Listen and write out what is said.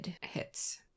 hits